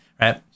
right